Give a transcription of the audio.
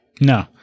No